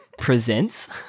presents